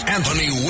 Anthony